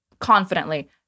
confidently